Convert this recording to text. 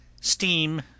steam